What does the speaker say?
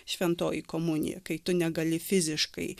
šventoji komunija kai tu negali fiziškai